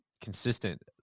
consistent